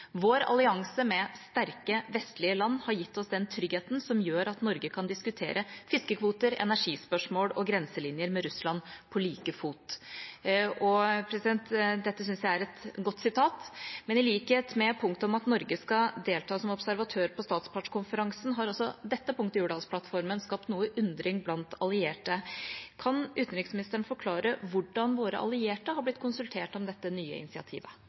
Vår allianse med sterke, vestlige land har gitt oss den tryggheten som gjør at Norge kan diskutere fiskekvoter, energispørsmål og grenselinjer med Russland på like fot.» Dette synes jeg er et godt sitat, men i likhet med punktet om at Norge skal delta som observatør på statspartskonferansen, har også dette punktet i Hurdalsplattformen skapt noe undring blant allierte. Kan utenriksministeren forklare hvordan våre allierte har blitt konsultert om dette nye initiativet?